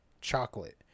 chocolate